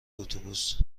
اتوبوس